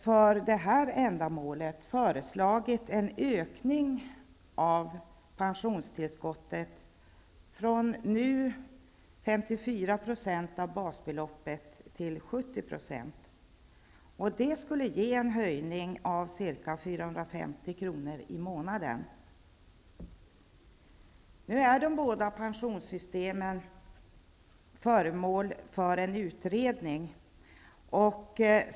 För detta ändamål har vi föreslagit en ökning av pensionstillskottet, från nu 54 % av basbeloppet till 70 %, vilket skulle innebära en höjning med ca 450 De båda pensionssystemen är nu föremål för en utredning.